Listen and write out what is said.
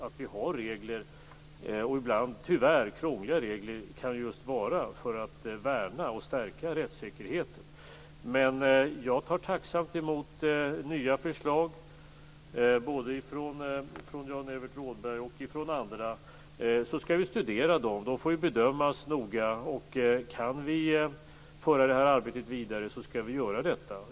Att vi har regler, och ibland tyvärr krångliga regler, kan just vara för att värna och stärka rättssäkerheten. Men jag tar tacksamt emot nya förslag både från Jan-Evert Rådhström och från andra. Vi skall studera dem. De får bedömas noga. Kan vi föra arbetet vidare skall vi göra detta.